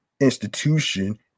institution